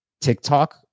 TikTok